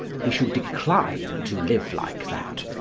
he should decline to live like that,